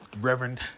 Reverend